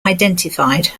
identified